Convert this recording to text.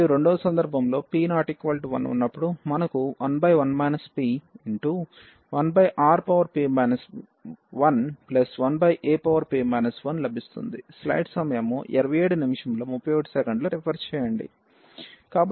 కాబట్టి p 1 కొరకు మనకు ln Ra ఉంది మరియు రెండవ సందర్భంలో p≠1 ఉన్నప్పుడు మనకు 11 p1Rp 1 1ap 1లభిస్తుంది